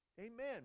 Amen